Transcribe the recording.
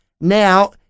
now